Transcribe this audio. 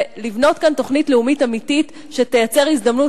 ולבנות כאן תוכנית לאומית אמיתית שתייצר הזדמנות